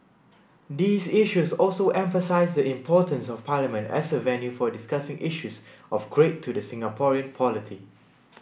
these issues also emphasise the importance of Parliament as a venue for discussing issues of great to the Singaporean polity